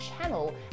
channel